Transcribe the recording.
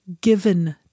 given